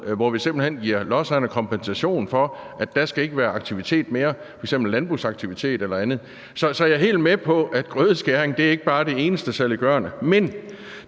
hvor vi simpelt hen giver lodsejerne kompensation for, at der ikke mere skal være aktivitet, f.eks. landbrugsaktivitet eller andet. Så jeg er helt med på, at grødeskæring ikke bare er det eneste saliggørende. Men